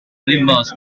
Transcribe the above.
litmus